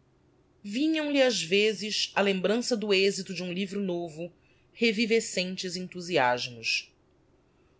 espirito vinham-lhe ás vezes á lembrança do exito de um livro novo reviviscentes enthusiasmos